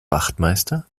wachtmeister